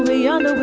young